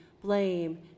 blame